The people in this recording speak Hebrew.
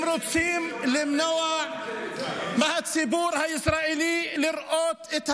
הם רוצים למנוע מהציבור הישראלי לראות את האמת.